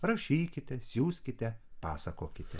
rašykite siųskite pasakokite